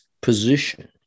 position